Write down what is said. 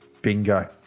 Bingo